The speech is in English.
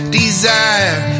desire